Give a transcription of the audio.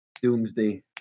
Doomsday